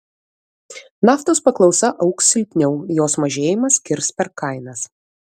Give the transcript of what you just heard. naftos paklausa augs silpniau jos mažėjimas kirs per kainas